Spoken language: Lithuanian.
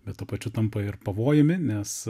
bet tuo pačiu tampa ir pavojumi nes